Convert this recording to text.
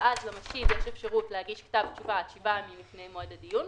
ואז למשיב יש אפשרות להגיש כתב תשובה עד שבעה ימים לפני מועד הדיון,